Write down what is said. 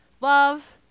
Love